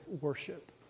worship